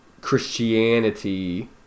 Christianity